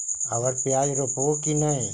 अबर प्याज रोप्बो की नय?